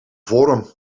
forum